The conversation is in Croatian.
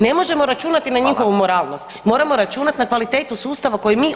Ne možemo računati na njihovu moralnost [[Upadica: Hvala.]] moramo računati na kvalitetu sustava koji mi